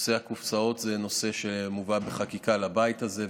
נושא הקופסאות הוא נושא שמובא בחקיקה לבית הזה,